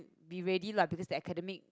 be ready lah because that academic